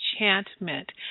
Enchantment